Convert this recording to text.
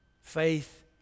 faith